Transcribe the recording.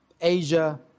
Asia